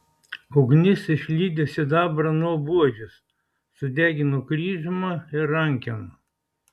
ugnis išlydė sidabrą nuo buožės sudegino kryžmą ir rankeną